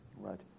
Right